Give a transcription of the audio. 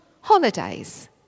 holidays